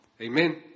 Amen